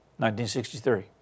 1963